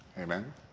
amen